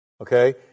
Okay